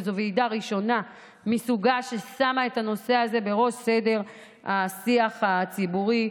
זו ועידה ראשונה מסוגה ששמה את הנושא הזה בראש השיח הציבורי,